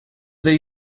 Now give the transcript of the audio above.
they